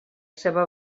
seva